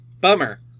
Bummer